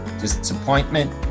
disappointment